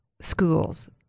schools